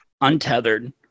untethered